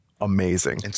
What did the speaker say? amazing